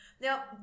Now